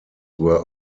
were